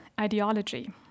ideology